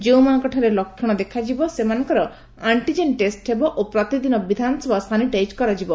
ଯେଉଁମାନଙ୍କଠାରେ ଲକ୍ଷଣ ଦେଖାଯିବ ସେମାନଙ୍କର ଆକ୍ଷିଜେନ୍ ଟେଷ ହେବ ଓ ପ୍ରତିଦିନ ବିଧାନସଭା ସାନିଟାଇଜ୍ କରାଯିବ